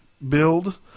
build